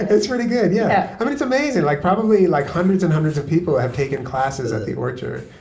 it's pretty good. yeah but it's amazing. like probably like hundreds and hundreds of people have taken classes at the orchard,